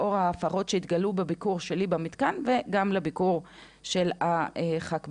לאור ההפרות שהתגלו בביקור שלי במתקן וגם בביקור של הח"כ בליאק.